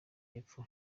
y’epfo